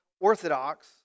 Orthodox